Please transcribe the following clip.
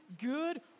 good